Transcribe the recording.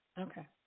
Okay